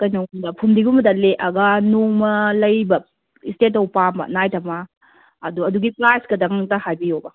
ꯀꯩꯅꯣꯒꯨꯝꯕ ꯐꯨꯝꯗꯤꯒꯨꯝꯕꯗ ꯂꯦꯛꯑꯒ ꯅꯣꯡꯃꯥ ꯂꯩꯕ ꯏꯁꯇꯦ ꯇꯧꯕ ꯄꯥꯝꯕ ꯅꯥꯏꯠ ꯑꯃ ꯑꯗꯣ ꯑꯗꯨꯒꯤ ꯄ꯭ꯔꯥꯏꯖꯀꯗꯪ ꯑꯝꯇ ꯍꯥꯏꯕꯤꯌꯨꯕ